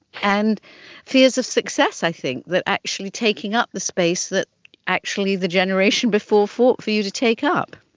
and fears of success i think, that actually taking up the space that actually the generation before fought for you to take up.